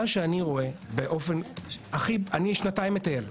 אני שנתיים מטייל.